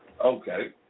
okay